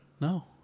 No